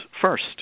first